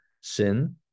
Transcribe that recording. sin